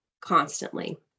constantly